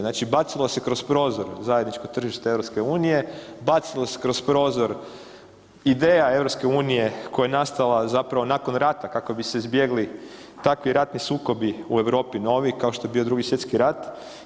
Znači, bacilo se kroz prozor zajedničko tržište EU, bacilo se kroz prozor ideja EU koja je nastala zapravo nakon rata kako bi se izbjegli takvi ratni sukobi u Europi novi kao što je bio Drugi svjetski rat.